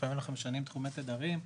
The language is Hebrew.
לפעמים אנחנו משנים תחומי תדרים,